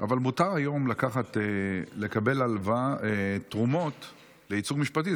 אבל מותר היום לקבל תרומות לייצוג משפטי.